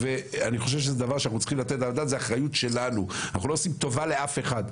ואני חושב שזה דבר שאנחנו צריכים לתת עליו את הדעת.